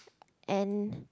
and